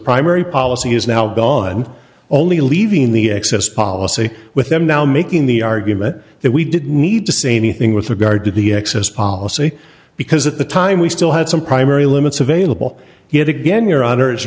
primary policy is now by on only leaving the excess policy with them now making the argument that we didn't need to say anything with regard to the excess policy because at the time we still had some primary limits available yet again your honor